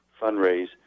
fundraise